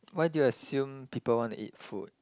why do you assume people want to eat food